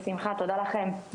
בשמחה, תודה לכם.